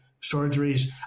surgeries